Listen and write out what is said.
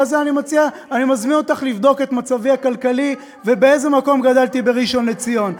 אני מזמין אותך לבדוק את מצבי הכלכלי ובאיזה מקום גדלתי בראשון-לציון.